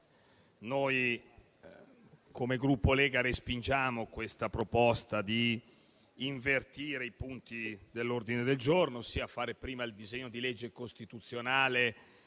come Gruppo Lega respingiamo la proposta di invertire i punti dell'ordine del giorno, ossia discutere prima il disegno di legge costituzionale